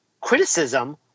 criticism